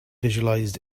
visualized